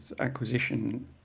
acquisition